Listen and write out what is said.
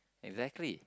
exactly